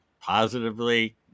Positively